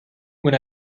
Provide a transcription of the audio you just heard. when